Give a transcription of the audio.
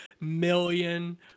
million